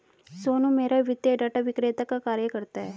सोनू मेहरा वित्तीय डाटा विक्रेता का कार्य करता है